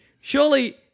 surely